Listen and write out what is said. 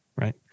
right